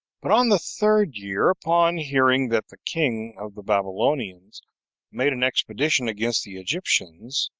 but on the third year, upon hearing that the king of the babylonians made an expedition against the egyptians,